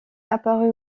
apparu